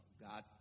God